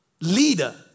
leader